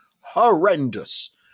horrendous